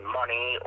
money